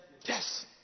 Yes